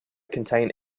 contain